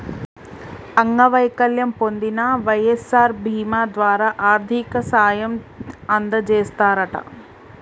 అంగవైకల్యం పొందిన వై.ఎస్.ఆర్ బీమా ద్వారా ఆర్థిక సాయం అందజేస్తారట